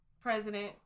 president